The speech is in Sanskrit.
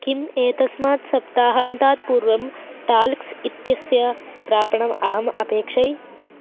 किम् एतस्मात् सप्ताहान्तात् पूर्वं टाल्क्स् इत्यस्य प्रापणम् अहम् अपेक्षै